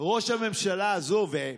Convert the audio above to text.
ראש הממשלה הזאת,